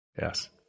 Yes